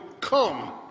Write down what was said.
come